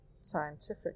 scientific